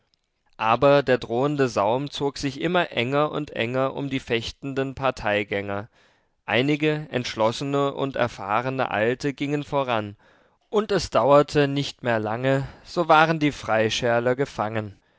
aber der drohende saum zog sich immer enger und enger um die fechtenden parteigänger einige entschlossene und erfahrene alte gingen voran und es dauerte nicht mehr lange so waren die freischärler gefangen